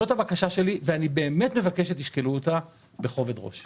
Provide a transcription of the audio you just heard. זאת הבקשה שלי ואני באמת מבקש שתשקלו אותה בכובד ראש.